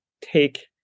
take